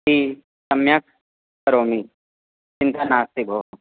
T सम्यक् करोमि चिन्ता नास्ति भो